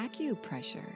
acupressure